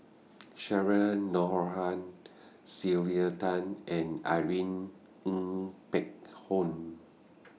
Cheryl Noronha Sylvia Tan and Irene Ng Phek Hoong